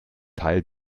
teil